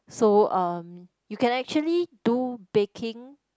so uh you can actually do baking